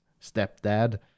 stepdad